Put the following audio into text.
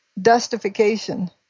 dustification